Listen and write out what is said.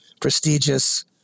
prestigious